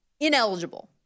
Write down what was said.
ineligible